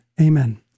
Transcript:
Amen